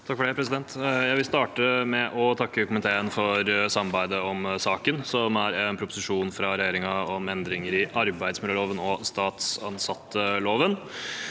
ordfører for saken): Jeg vil starte med å takke komiteen for samarbeidet om saken, som er en proposisjon fra regjeringen om endringer i arbeidsmiljøloven og statsansatteloven.